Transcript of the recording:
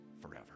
forever